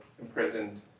imprisoned